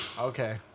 Okay